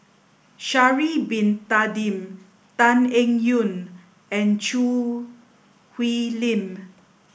Sha'ari bin Tadin Tan Eng Yoon and Choo Hwee Lim